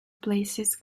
places